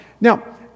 Now